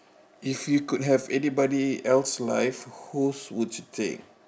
if you could have anybody else life whose would you take